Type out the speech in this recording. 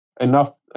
enough